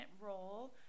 role